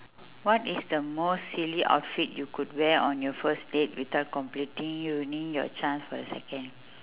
what is the most silly outfit you could wear on your first date without completely ruining your chance for a second